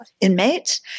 inmates